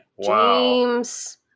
James